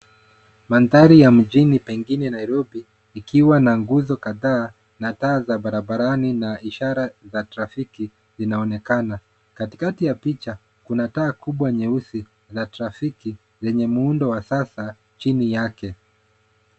Mandhari ya mjini pengine Nairobi ikiwa na nguzo kadhaa na taa za barabarani na ishara za trafiki zinaonekana. Katikati ya picha kuna taa kubwa nyeusi la trafiki lenye muundo wa sasa chini yake.